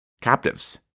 Captives